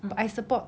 but I support